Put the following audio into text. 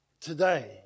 today